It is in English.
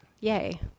Yay